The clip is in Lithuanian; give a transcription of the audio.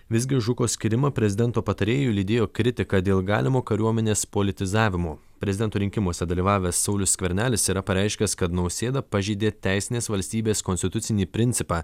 visgi žuko skyrimą prezidento patarėju lydėjo kritika dėl galimo kariuomenės politizavimo prezidento rinkimuose dalyvavęs saulius skvernelis yra pareiškęs kad nausėda pažeidė teisinės valstybės konstitucinį principą